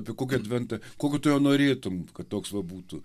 apie kokį adventą kokio tu jo norėtum kad toks va būtų